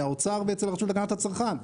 מהאוצר ואצל הרשות להגנת הצרכן.